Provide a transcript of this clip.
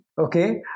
Okay